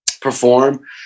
perform